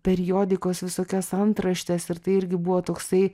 periodikos visokias antraštes ir tai irgi buvo toksai